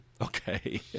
Okay